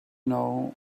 know